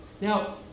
Now